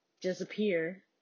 disappear